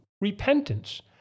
repentance